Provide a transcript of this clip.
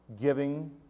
Giving